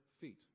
feet